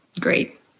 great